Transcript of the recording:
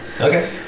Okay